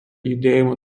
judėjimo